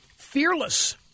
Fearless